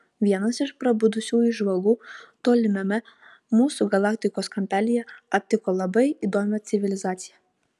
vienas iš prabudusiųjų žvalgų tolimame mūsų galaktikos kampelyje aptiko labai įdomią civilizaciją